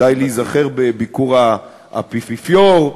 די להיזכר בביקור האפיפיור,